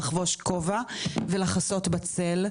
לחבוש כובע ולשבת בצל,